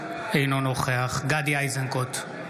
אינו נוכח גדי איזנקוט,